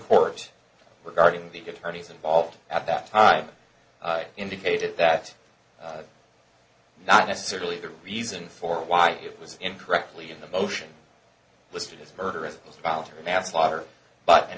court regarding the attorneys involved at that time indicated that not necessarily the reason for why it was incorrectly in the motion listed as murderous voluntary manslaughter but an